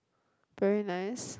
very nice